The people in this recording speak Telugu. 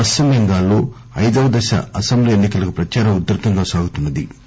పశ్చిమ బెంగాల్ లో ఐదవ దశ అసెంబ్లీ ఎన్ని కలకు ప్రచారం ఉధృతంగా సాగుతున్న ది